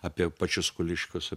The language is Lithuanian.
apie pačius kuliškius